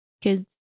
kids